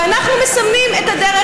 ואנחנו מסמנים את הדרך.